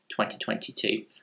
2022